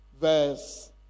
verse